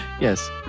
Yes